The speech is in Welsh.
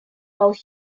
fel